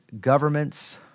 governments